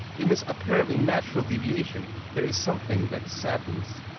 in this apparently natural derivation there is something that saddens.